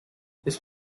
this